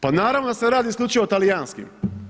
Pa naravno da se radi o isključivo talijanskim.